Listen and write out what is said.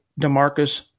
DeMarcus